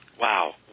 wow